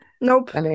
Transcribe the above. nope